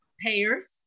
payers